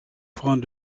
front